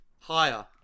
Higher